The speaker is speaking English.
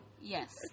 Yes